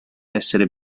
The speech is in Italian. essere